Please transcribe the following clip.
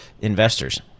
investors